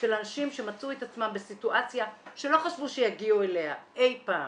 של אנשים שמצאו את עצמם בסיטואציה שלא חשבו שיגיעו אליה אי פעם.